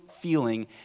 feeling